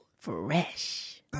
fresh